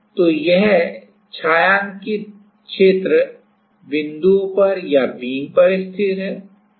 तो यह छायांकित क्षेत्र बिंदुओं पर या बीम पर स्थिर है